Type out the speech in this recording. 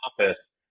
office